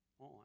On